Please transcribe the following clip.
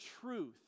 truth